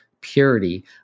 purity